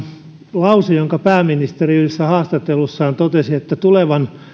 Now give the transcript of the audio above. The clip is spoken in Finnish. lause jonka pääministeri yhdessä haastattelussaan totesi tulevan